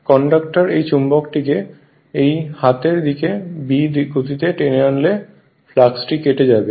conductor এই চুম্বকটিকে এই হাতের দিকে B গতিতে টেনে আনলে ফ্লাক্সটি কেটে যাবে